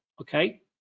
Okay